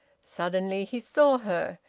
suddenly he saw her,